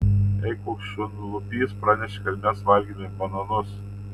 ei koks šunlupys pranešė kad mes valgėme bananus